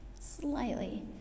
Slightly